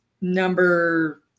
number –